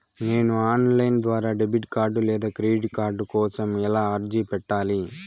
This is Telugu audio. నేను ఆన్ లైను ద్వారా డెబిట్ కార్డు లేదా క్రెడిట్ కార్డు కోసం ఎలా అర్జీ పెట్టాలి?